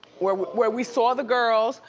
where where we saw the girls,